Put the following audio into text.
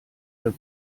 der